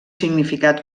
significat